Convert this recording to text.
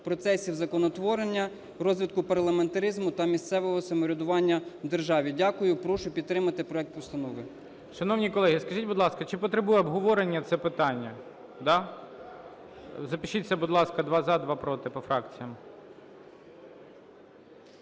процесів законотворення, розвитку парламентаризму та місцевого самоврядування в державі. Дякую. І прошу підтримати проект постанови. ГОЛОВУЮЧИЙ. Шановні колеги, скажіть, будь ласка, чи потребує обговорення це питання? Да? Запишіться, будь ласка: два – за, два – проти, по фракціям.